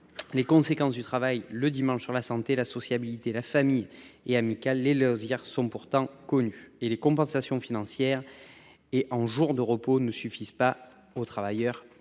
Les conséquences du travail le dimanche sur la santé, la sociabilité, la famille, les relations amicales et les loisirs sont pourtant connues. Les compensations financières et en jours de repos ne suffisent pas aux travailleurs